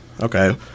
Okay